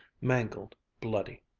mangled, bloody.